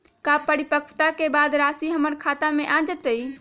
का परिपक्वता के बाद राशि हमर खाता में आ जतई?